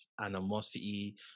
animosity